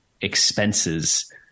expenses